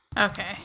Okay